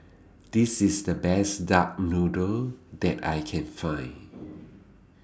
This IS The Best Duck Noodle that I Can Find